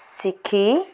ଶିଖି